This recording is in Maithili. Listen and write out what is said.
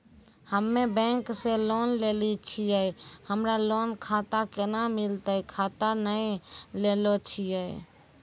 हम्मे बैंक से लोन लेली छियै हमरा लोन खाता कैना मिलतै खाता नैय लैलै छियै?